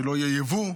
לא יהיה יבוא.